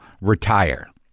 retire